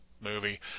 movie